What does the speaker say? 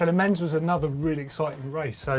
and men's was another really exciting race. so